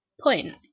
point